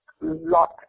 lot